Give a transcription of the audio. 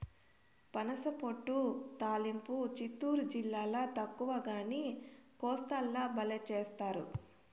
పనసపొట్టు తాలింపు చిత్తూరు జిల్లాల తక్కువగానీ, కోస్తాల బల్లే చేస్తారు